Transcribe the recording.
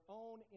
own